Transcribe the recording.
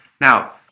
Now